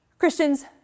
Christians